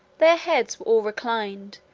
their heads were all reclined,